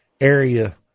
area